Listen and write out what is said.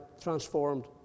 transformed